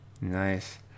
Nice